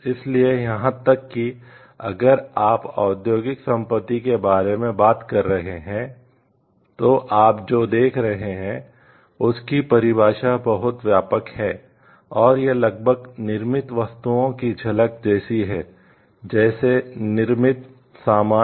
इसलिए यहां तक कि अगर आप औद्योगिक संपत्ति के बारे में बात कर रहे हैं तो आप जो देख रहे हैं उसकी परिभाषा बहुत व्यापक है और यह लगभग निर्मित वस्तुओं की झलक जैसी है जैसे निर्मित सामान